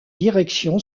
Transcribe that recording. direction